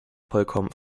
vollkommen